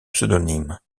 pseudonymes